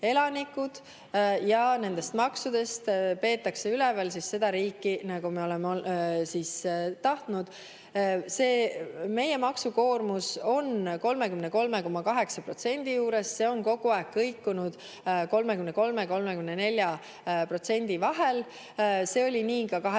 elanikud, ja nendest maksudest peetakse üleval seda riiki, nagu me oleme tahtnud. Meie maksukoormus on 33,8% juures, see on kogu aeg kõikunud 33–34% vahel. See oli nii ka 2019.